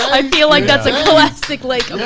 i feel like that's a classic. like